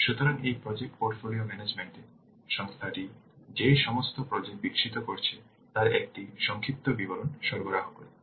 সুতরাং এই project portfolio management সংস্থাটি যে সমস্ত প্রজেক্ট বিকশিত করছে তার একটি সংক্ষিপ্ত বিবরণ সরবরাহ করবে